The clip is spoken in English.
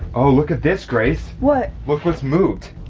oh, look at this grace what? look what's moved.